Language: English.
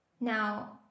Now